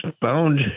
found